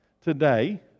today